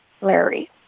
Larry